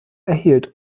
erhielt